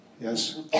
yes